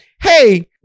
hey